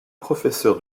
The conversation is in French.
professeur